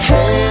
Hey